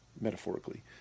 metaphorically